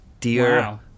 Dear